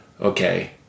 Okay